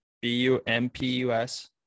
B-U-M-P-U-S